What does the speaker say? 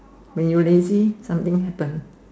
when you lazy something happened